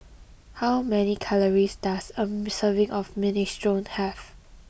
how many calories does a serving of Minestrone have